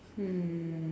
um